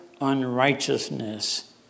unrighteousness